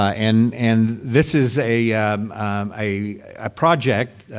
ah and and this is a a project,